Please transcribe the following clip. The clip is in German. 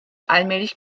allmählich